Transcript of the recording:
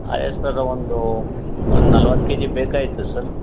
ಅದೇ ಸರ್ ಒಂದೂ ಒಂದು ನಲ್ವತ್ತು ಕೆ ಜಿ ಬೇಕಾಗಿತ್ತು ಸರ್